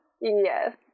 Yes